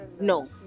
no